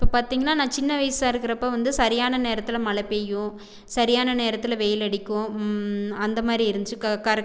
இப்போ பாத்திங்கன்னா நான் சின்ன வயசாக இருக்கிறப்ப வந்து சரியான நேரத்தில் மழை பேயும் சரியான நேரத்தில் வெயில் அடிக்கும் அந்தமாதிரி இருந்துச்சு கரெக்ட்